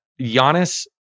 Giannis